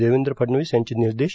देवेंद्र फडणवीस यांचे निर्देश